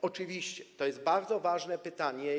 Oczywiście to jest bardzo ważne pytanie.